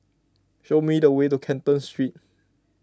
show me the way to Canton Street